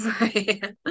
Right